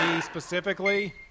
specifically